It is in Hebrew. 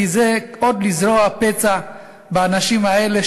כי זה עוד לזרות מלח על הפצע של האנשים האלה,